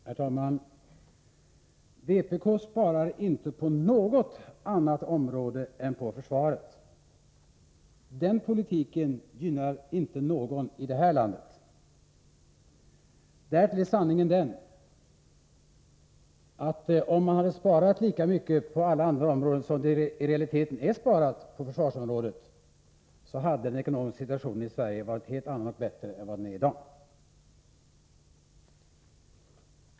Herr talman! Vpk sparar inte på något annat område än på försvarets. Den politiken gynnar inte någon i det här landet. Därtill är sanningen den att om man hade sparat lika mycket på alla andra områden som man i realiteten sparat på försvarsområdet, hade den ekonomiska situationen i Sverige varit 119 en helt annan och bättre än vad den är i dag.